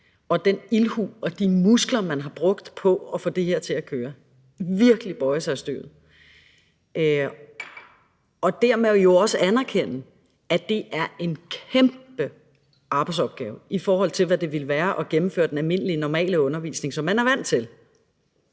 den ildhu, og de muskler, man har brugt på at få det her til at køre. Man må virkelig bøje sig i støvet. Dermed må man jo også anerkende, at det er en kæmpe arbejdsopgave, i forhold til hvad det ville være at gennemføre den normale undervisning, som man er vant til.